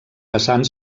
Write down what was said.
basant